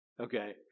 okay